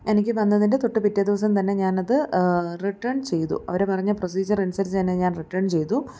എനിക്ക് വന്നതിൻ്റെ തൊട്ട് പിറ്റേ ദിവസം തന്നെ ഞാനത് റിട്ടേൺ ചെയ്തു അവര് പറഞ്ഞ പ്രോസിജിയറനുസരിച്ച് തന്നെ ഞാൻ റിട്ടേൺ ചെയ്തു